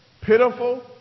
pitiful